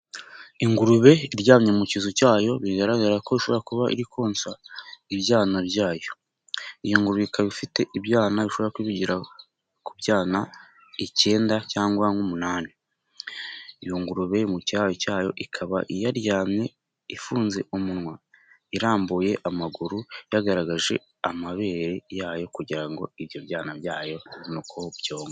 Ingurube iryamye mu kizu cyayo, bigaragara ko ishobora kuba iri konsa ibyana byayo. Iyo ngurube ikaba ifite ibyana bishobora kuba bigera ku byana icyenda cyangwa umunani. Iyo ngurube iri mu kiraro cyayo ikaba yaryamye ifunze umunwa, irambuye amaguru, yagaragaje amabere yayo, kugira ngo ibyo byana byayo bibone uko byonka.